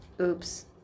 Oops